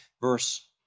verse